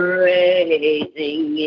raising